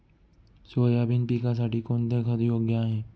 Soybean पिकासाठी कोणते खत योग्य आहे?